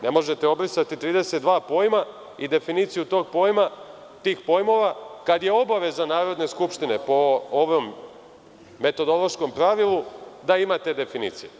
Ne možete obrisati 32 pojma i definiciju tog pojma, tih pojmova, kada je obaveza Narodne skupštine po ovom metodološkom pravilu da ima te definicije.